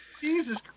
Jesus